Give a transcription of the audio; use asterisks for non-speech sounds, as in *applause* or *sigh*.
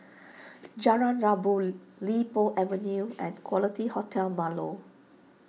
*noise* Jalan Rabu Li Po Avenue and Quality Hotel Marlow